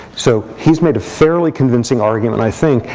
so he's made a fairly convincing argument, i think,